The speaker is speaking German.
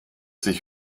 sich